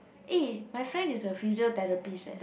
eh my friend is a physiotherapist eh